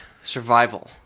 survival